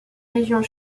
régions